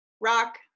rock